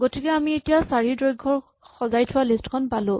গতিকে আমি এতিয়া চাৰি দৈৰ্ঘ্যৰ সজাই থোৱা লিষ্ট খন পালো